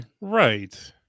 Right